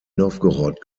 nowgorod